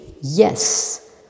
yes